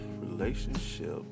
relationship